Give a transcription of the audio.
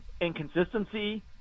inconsistency